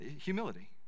Humility